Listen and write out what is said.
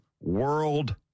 world